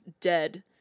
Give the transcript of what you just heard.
dead